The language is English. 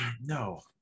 No